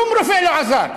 שום רופא לא עזר,